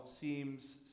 seems